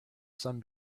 sun